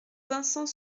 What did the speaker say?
vincent